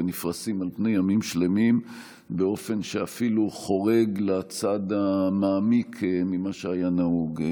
ונפרסים על פני ימים שלמים באופן שאפילו חורג לצד המעמיק ממה שהיה נהוג.